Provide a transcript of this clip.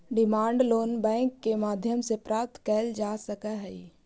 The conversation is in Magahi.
डिमांड लोन बैंक के माध्यम से प्राप्त कैल जा सकऽ हइ